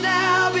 now